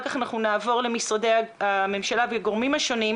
כך אנחנו נעבור למשרדי הממשלה ולגורמים השונים,